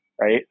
right